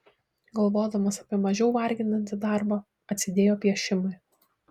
galvodamas apie mažiau varginantį darbą atsidėjo piešimui